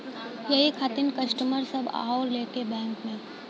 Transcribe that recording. यही खातिन कस्टमर सब आवा ले बैंक मे?